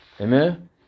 Amen